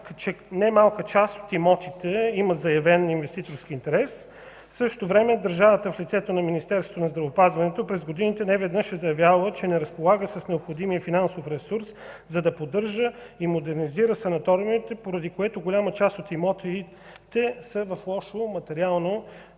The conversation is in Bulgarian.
към немалка част от имотите има заявен инвеститорски интерес. В същото време държавата в лицето на Министерството на здравеопазването през годините неведнъж е заявявала, че не разполага с необходимия финансов ресурс, за да поддържа и модернизира санаториумите, поради което голяма част от имотите са в лошо материално